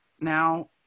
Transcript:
now